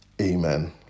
Amen